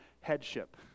headship